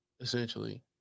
essentially